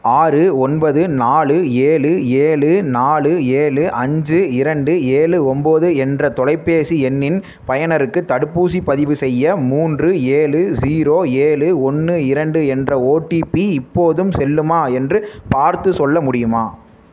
ஆறு ஒன்பது நாலு ஏழு ஏழு நாலு ஏழு அஞ்சு இரண்டு ஏழு ஒன்போது என்ற தொலைபேசி எண்ணின் பயனருக்கு தடுப்பூசி பதிவு செய்ய மூன்று ஏழு ஜீரோ ஏழு ஒன்று இரண்டு என்ற ஓடிபி இப்போதும் செல்லுமா என்று பார்த்துச் சொல்ல முடியுமா